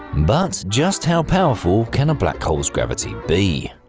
but just how powerful can a black hole's gravity be?